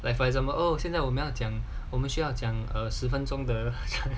like for example oh 现在我们要讲我们需要讲十分钟的